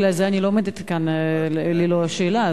בגלל זה אני לא עומדת כאן ללא שאלה,